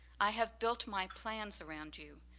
i have built my plans around you.